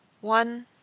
one